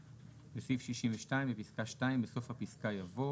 בסעיף 62, בפסקה (2), בסוף הפסקה יבוא: